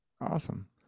Awesome